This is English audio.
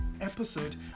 episode